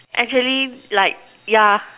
actually like yeah